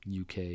UK